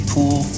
Pool